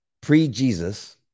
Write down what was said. pre-Jesus